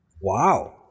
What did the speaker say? Wow